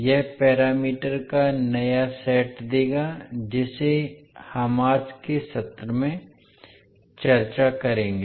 यह पैरामीटर का नया सेट देगा जिसे हम आज के सत्र में चर्चा करेंगे